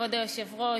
כבוד היושב-ראש,